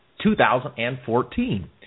2014